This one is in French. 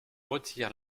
retire